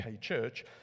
church